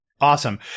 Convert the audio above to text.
Awesome